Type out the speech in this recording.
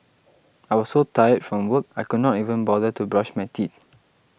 I was so tired from work I could not even bother to brush my teeth